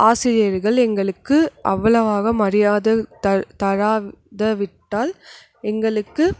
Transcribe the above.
ஆசிரியர்கள் எங்களுக்கு அவ்வளவாக மரியாதை தராது விட்டால் எங்களுக்கு